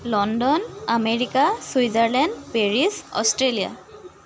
London America Switzerland Paris Australia